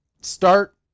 start